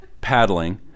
paddling